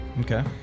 Okay